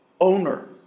owner